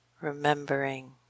remembering